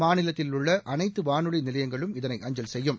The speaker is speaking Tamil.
மாநிலத்தில் உள்ள அனைத்து வானொலி நிலையங்களும் இதை அஞ்சல் செய்யும்